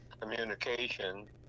communication